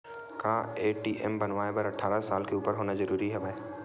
का ए.टी.एम बनवाय बर अट्ठारह साल के उपर होना जरूरी हवय?